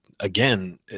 Again